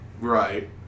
Right